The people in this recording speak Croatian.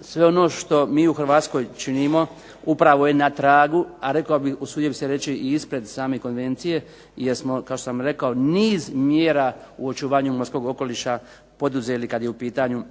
sve ono što mi u Hrvatskoj činimo upravo je na tragu, a rekao bih, usudio bih se reći, i ispred same konvencije jer smo, kao što sam rekao niz mjera u očuvanju morskog okoliša poduzeli kad je u pitanju